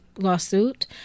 lawsuit